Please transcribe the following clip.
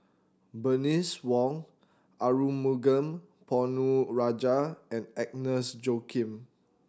Bernice Wong Arumugam Ponnu Rajah and Agnes Joaquim